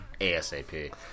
ASAP